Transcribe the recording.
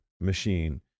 machine